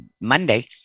Monday